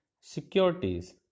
securities